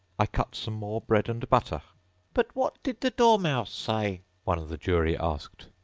i cut some more bread-and-butter but what did the dormouse say one of the jury asked.